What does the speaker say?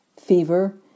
fever